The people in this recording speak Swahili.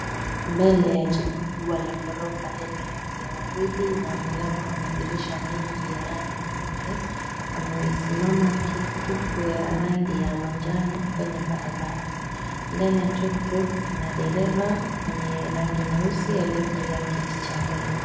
Mbele ya jengo kubwa la ghorofa lenye rangi ya waridi na milango na madirisha mengi ya rangi nyeupe pamesimama tuktuk ya rangi ya manjano kwenye barabara mbele ya tuktuk kuna dereva mwenye rangi nyeusi aliyekalia kiti cha mbele.